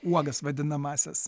uogas vadinamąsias